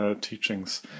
teachings